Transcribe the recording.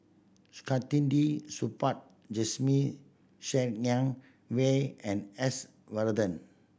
Saktiandi Supaat Jasmine Ser Xiang Wei and S Varathan